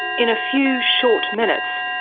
in a few short minutes,